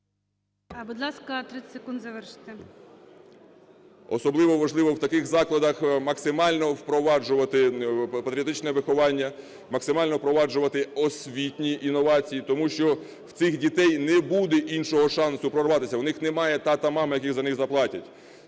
Будь ласка, 30 секунд завершити. КРИВЕНКО В.М. … особливо важливо в таких закладах максимально впроваджувати патріотичне виховання, максимально впроваджувати освітні інновації, тому що в цих дітей не буде іншого шансу прорватися, в них немає тата, мами, які за них заплатять.